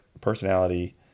personality